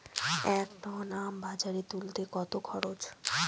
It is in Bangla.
এক টন আম বাজারে তুলতে কত খরচ?